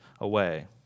away